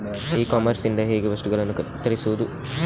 E commerce ಇಂದ ಹೇಗೆ ವಸ್ತುಗಳನ್ನು ತರಿಸುವುದು?